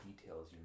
details